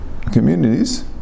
communities